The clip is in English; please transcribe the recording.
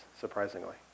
surprisingly